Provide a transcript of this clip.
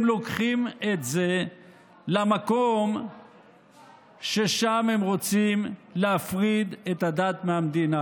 הם לוקחים את זה למקום ששם הם רוצים להפריד את הדת מהמדינה.